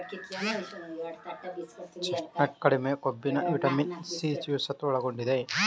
chestnut ಕಡಿಮೆ ಕೊಬ್ಬಿನ vitamin C ಜೀವಸತ್ವವನ್ನು ಒಳಗೊಂಡಿದೆ